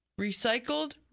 Recycled